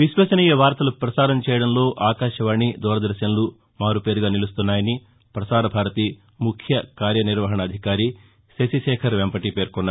విశ్వసనీయ వార్తలు పసారం చేయడంలో ఆకాశవాణి దూరదర్శన్ లు మారుపేరుగా నిలుస్తున్నాయని ప్రసారభారతి ముఖ్యకార్యనిర్వహణాధికారి శశిశేఖర్ వెంపటి పేర్కొన్నారు